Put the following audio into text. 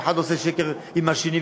והאחד עושה שקר עם השני,